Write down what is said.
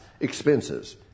expenses